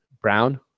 Brown